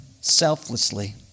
selflessly